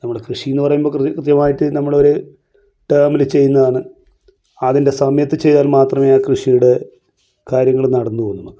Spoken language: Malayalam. നമ്മുടെ കൃഷിയെന്ന് പറയുമ്പോൾ കൃഷി കൃത്യമായിട്ട് നമ്മളൊരു ടേമില് ചെയ്യുന്നതാണ് അതിൻ്റെ സമയത്ത് ചെയ്താൽ മാത്രമേ ആ കൃഷിയുടെ കാര്യങ്ങൾ നടന്ന് പോകൂ നമുക്ക്